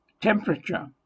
temperature